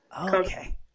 okay